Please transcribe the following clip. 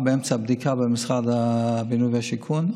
הם באמצע בדיקה במשרד הבינוי והשיכון.